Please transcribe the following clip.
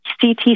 CT